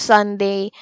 Sunday